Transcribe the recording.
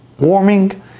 warming